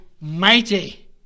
mighty